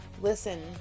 Listen